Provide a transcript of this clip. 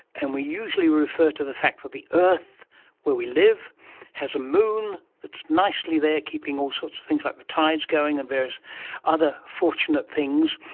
and we usually refer to the fact that the earth where we live has a moon that's nicely there keeping all sorts of things like the tides going and various other fortunate things,